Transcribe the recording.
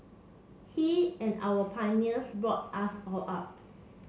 he and our pioneers brought us all up